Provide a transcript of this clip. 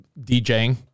DJing